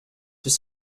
was